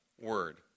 word